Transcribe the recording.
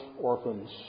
orphans